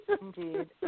indeed